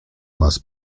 was